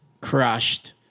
crushed